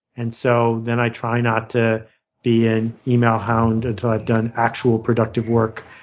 and so then i try not to be an email hound until i've done actual, productive work.